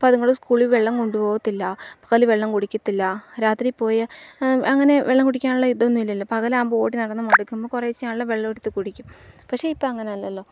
അപ്പോള് അവര് സ്കൂളിൽ വെള്ളം കൊണ്ടുപോകത്തില്ല പകല് വെള്ളം കുടിക്കത്തില്ല രാത്രി പോയി അങ്ങനെ വെള്ളം കുടിക്കാനുള്ള ഇതൊന്നും ഇല്ലല്ലോ പകലാവുമ്പോള് ഓടിനടന്നു മടുക്കുമ്പോള് കുറേശെയാണേലും വെള്ളം എടുത്തു കുടിക്കും പക്ഷെ ഇപ്പോള് അങ്ങനെയല്ലല്ലോ